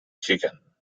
chicken